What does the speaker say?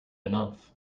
enough